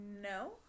No